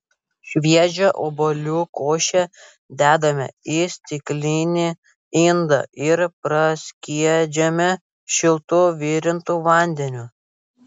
šviežią obuolių košę dedame į stiklinį indą ir praskiedžiame šiltu virintu vandeniu